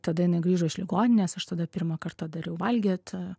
tada jinai grįžo iš ligoninės aš tada pirmą kartą dariau valgyt